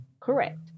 Correct